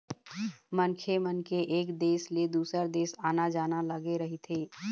मनखे मन के एक देश ले दुसर देश आना जाना लगे रहिथे